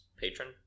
patron